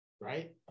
right